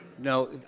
No